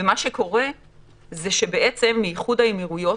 מאיחוד האמירויות,